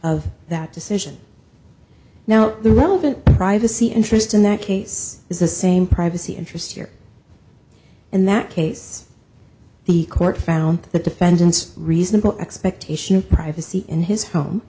of that decision now the relevant privacy interest in that case is the same privacy interest here in that case the court found the defendant's reasonable expectation of privacy in his home